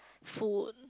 food